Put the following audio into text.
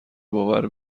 باور